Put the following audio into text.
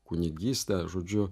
kunigystę žodžiu